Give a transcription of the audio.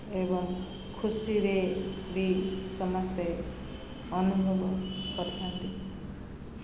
ଏବଂ ଖୁସିରେ ବି ସମସ୍ତେ ଅନୁଭବ କରିଥାନ୍ତି